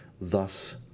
thus